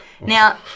Now